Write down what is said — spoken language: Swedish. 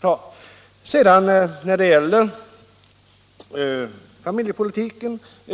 för Kommunförbundet och personalorganisationerna skall vi inom kort hålla.